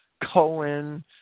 Cohen